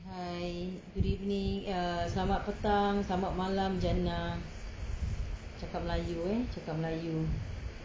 hi good evening err selamat petang selamat malam jannah cakap melayu eh cakap melayu